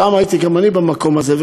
פעם הייתי גם אני במקום הזה,